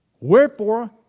wherefore